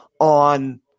on